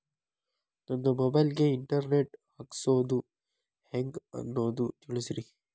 ನನ್ನ ಮೊಬೈಲ್ ಗೆ internet ಹಾಕ್ಸೋದು ಹೆಂಗ್ ಅನ್ನೋದು ತಿಳಸ್ರಿ